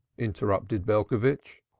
interrupted belcovitch.